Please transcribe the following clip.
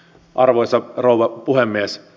arvoisa rouva puhemies